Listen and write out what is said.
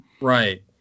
Right